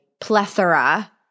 plethora